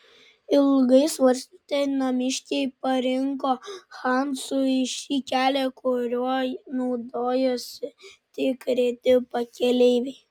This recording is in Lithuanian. ilgai svarstę namiškiai parinko hansui šį kelią kuriuo naudojosi tik reti pakeleiviai